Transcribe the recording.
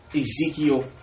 Ezekiel